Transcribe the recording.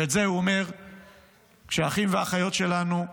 ואת זה הוא אומר כשהאחים והאחיות שלנו,